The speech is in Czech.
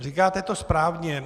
Říkáte to správně.